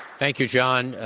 thank you, john. ah